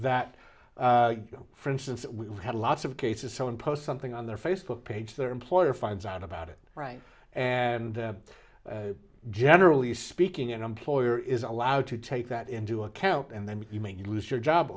that for instance we had lots of cases someone post something on their facebook page their employer finds out about it right and generally speaking an employer is allowed to take that into account and then you make you lose your job